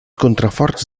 contraforts